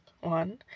one